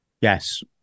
Yes